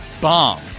bomb